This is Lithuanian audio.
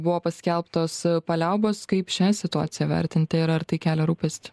buvo paskelbtos paliaubos kaip šią situaciją vertinti ir ar tai kelia rūpestį